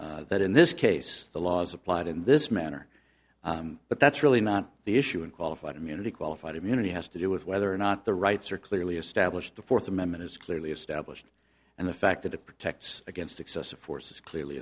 understands that in this case the laws applied in this manner but that's really not the issue in qualified immunity qualified immunity has to do with whether or not the rights are clearly established the fourth amendment is clearly established and the fact that it protects against excessive force is clearly